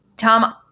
Tom